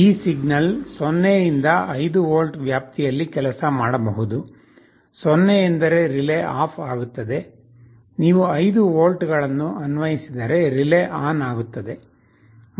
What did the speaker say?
ಈ ಸಿಗ್ನಲ್ 0 ಇಂದ 5 ವೋಲ್ಟ್ ವ್ಯಾಪ್ತಿಯಲ್ಲಿ ಕೆಲಸ ಮಾಡಬಹುದು 0 ಎಂದರೆ ರಿಲೇ ಆಫ್ ಆಗುತ್ತದೆ ನೀವು 5 ವೋಲ್ಟ್ಗಳನ್ನು ಅನ್ವಯಿಸಿದರೆ ರಿಲೇ ಆನ್ ಆಗುತ್ತದೆ